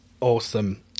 Awesome